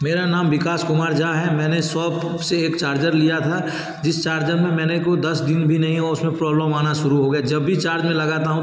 मेरा नाम विकास कुमार झा है मैंने शॉप से एक चार्जर लिया था जिस चार्जर में मैंने को दस दिन भी नहीं हुए उसमें प्रॉब्लम आना शुरू हो गया जब भी चार्ज में लगाता हूँ